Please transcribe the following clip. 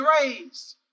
raised